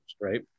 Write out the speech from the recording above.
right